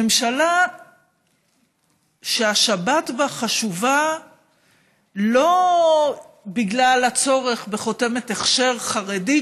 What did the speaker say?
ממשלה שהשבת בה חשובה לא בגלל הצורך בחותמת הכשר חרדית